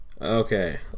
Okay